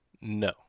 No